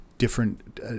different